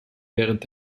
während